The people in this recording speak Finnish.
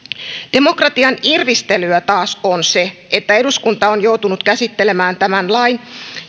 demokratian irvistelyä taas on se että eduskunta on joutunut käsittelemään tämän lain